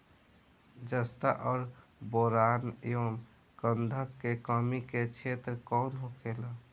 जस्ता और बोरान एंव गंधक के कमी के क्षेत्र कौन होखेला?